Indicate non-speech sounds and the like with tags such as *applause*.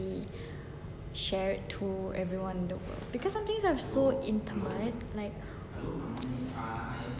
shared to everyone in the world because some things are so intimate like *noise*